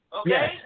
okay